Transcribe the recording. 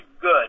good